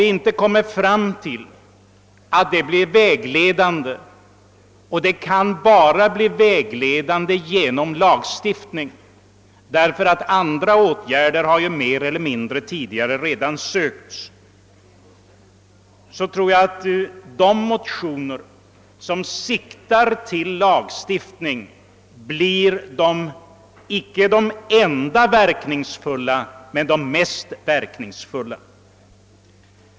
Den måste bli vägledande, och det kan bara ske genom lagstiftning, ty andra åtgär der har redan tidigare försökts. Därför tror jag att de motioner som siktar till lagstiftning blir, icke de enda verkningsfulla, men de mest verkningsfulla.